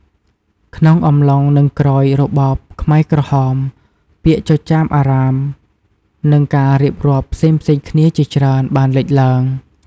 ក្នុងអំឡុង និងក្រោយរបបខ្មែរក្រហម ពាក្យចចាមអារ៉ាម និងការរៀបរាប់ផ្សេងៗគ្នាជាច្រើន បានលេចឡើង។